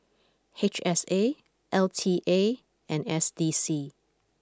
H S A L T A and S D C